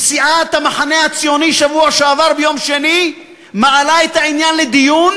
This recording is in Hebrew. וסיעת המחנה הציוני בשבוע שעבר ביום שני מעלה את העניין לדיון,